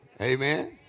Amen